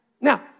Now